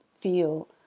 feel